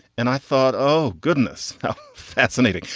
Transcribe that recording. and i thought, oh, goodness, how fascinating.